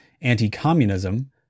anti-communism